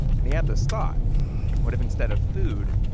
and he had this thought what if, instead of food,